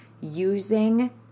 using